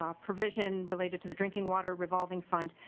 um provision related to the drinking water revolving fund.